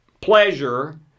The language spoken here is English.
pleasure